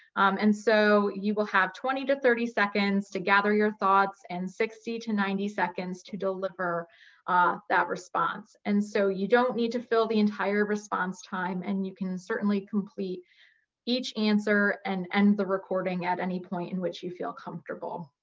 and so you will have twenty to thirty seconds to gather your thoughts and sixty to ninety seconds to deliver ah that response. and so you don't need to fill the entire response time, and you can certainly complete each answer and end the recording at any point in which you feel comfortable.